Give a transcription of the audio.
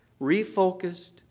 Refocused